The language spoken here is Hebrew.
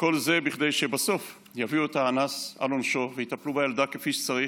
וכל זה כדי שבסוף יביאו את האנס על עונשו ויטפלו בילדה כפי שצריך,